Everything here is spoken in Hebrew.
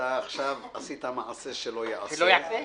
אתה עכשיו עשית מעשה שלא ייעשה,